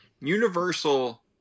universal